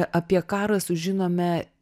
apie karą sužinome